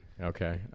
Okay